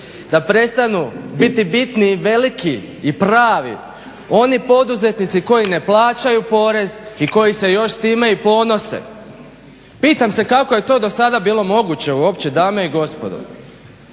da prestanu biti bitni i veliki i pravi oni poduzetnici koji ne plaćaju porez i koji se još s time i ponose. Pitam se kako je to do sada bilo uopće moguće dame i gospodo?